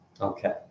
Okay